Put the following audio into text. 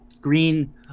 Green